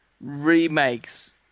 remakes